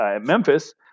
Memphis